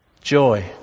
Joy